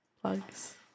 Plugs